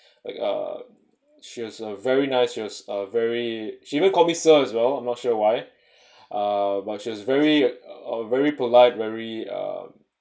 like uh she has a very nice you know uh very she even call me sir as well I'm not sure why but she was very uh very polite very uh